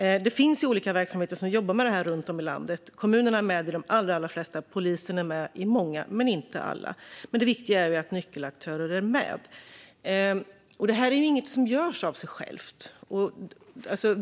Det finns olika verksamheter som jobbar med detta runt om i landet. Kommunerna är med i de allra flesta. Polisen är med i många men inte alla. Det viktiga är dock att nyckelaktörer är med. Detta är inget som görs av sig självt.